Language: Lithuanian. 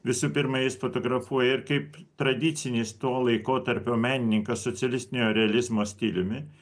visų pirma jis fotografuoja ir kaip tradicinis to laikotarpio menininkas socialistinio realizmo stiliumi